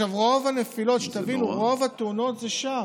שתבינו, רוב התאונות זה שם.